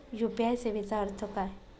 UPI सेवेचा अर्थ काय?